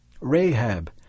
Rahab